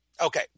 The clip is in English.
Okay